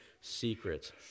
secrets